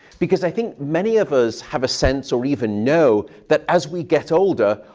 because i think many of us have a sense or even know that as we get older,